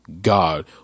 god